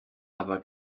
aber